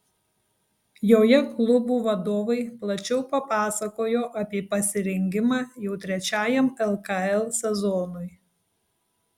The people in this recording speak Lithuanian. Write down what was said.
joje klubų vadovai plačiau papasakojo apie pasirengimą jau trečiajam lkl sezonui